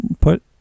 put